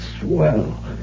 swell